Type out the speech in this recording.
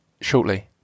shortly